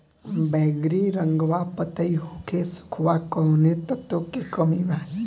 बैगरी रंगवा पतयी होके सुखता कौवने तत्व के कमी बा?